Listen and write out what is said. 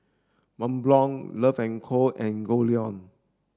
Mont Blanc Love and Co and Goldlion